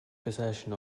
possession